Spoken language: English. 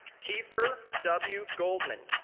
keefer w. goldman,